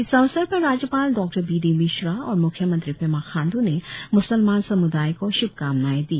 इस अवसर पर राज्यपाल डॉ बी डी मिश्रा और म्ख्यमंत्री पेमा खांडू ने म्सलमान सम्दाय को श्भकामनाए दी